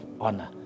honor